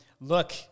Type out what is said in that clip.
Look